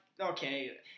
Okay